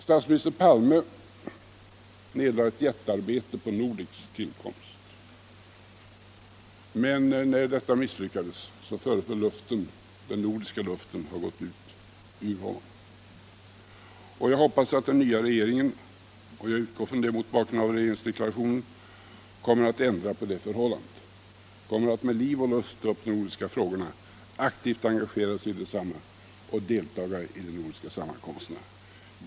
Statsminister Palme nedlade ett jättearbete på Nordeks tillkomst, men när detta misstyckades föreföll den ”nordiska” luften ha gått ur honom. Jag hoppas att den nya regeringen — jag utgår från det mot bakgrund av regeringsdeklarationen — kommer att ändra på det förhållandet och med liv och lust ta upp och aktivt engagera sig i de nordiska frågorna och delta i de nordiska sammankomsterna.